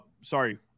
sorry